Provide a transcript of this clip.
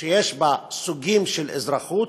ויש בה סוגים של אזרחות,